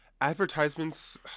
advertisements